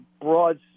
broad –